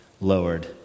lowered